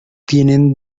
tienen